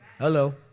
Hello